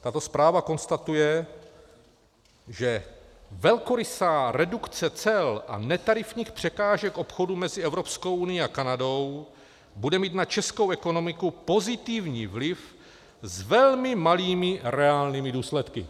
Tato zpráva konstatuje, že velkorysá redukce cel a netarifních překážek obchodu mezi Evropskou unií a Kanadou bude mít na českou ekonomiku pozitivní vliv s velmi malými reálnými důsledky.